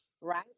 Right